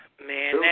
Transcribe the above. Man